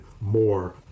more